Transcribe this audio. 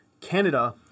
Canada